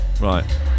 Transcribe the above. Right